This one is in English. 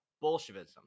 Bolshevism